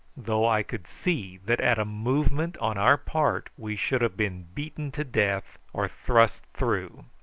though i could see that at a movement on our part we should have been beaten to death or thrust through.